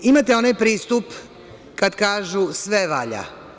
Imate onaj pristup kada kažu – sve valja.